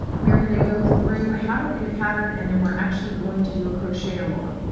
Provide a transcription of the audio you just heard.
we are going to go through how to read a pattern, and then we're actually going to do a crochet-along.